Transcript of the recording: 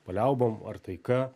paliaubom ar taika